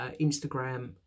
Instagram